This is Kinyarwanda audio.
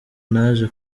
naje